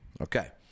Okay